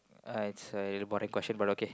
uh it's a boring question but okay